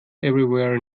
everywhere